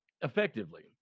effectively